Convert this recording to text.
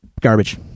garbage